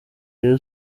rayon